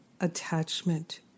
attachment